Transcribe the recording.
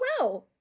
wow